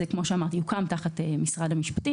זה יוקם תחת משרד המשפטי,